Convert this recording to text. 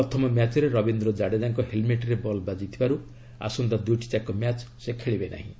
ପ୍ରଥମ ମ୍ୟାଚ୍ରେ ରବିନ୍ଦ୍ର ଜାଡେଜାଙ୍କ ହେଲ୍ମେଟ୍ରେ ବଲ୍ ବାଜିଥିବାରୁ ଆସନ୍ତା ଦୁଇଟିଯାକ ମ୍ୟାଚ୍ ସେ ଖେଳିବେ ନାହିଁ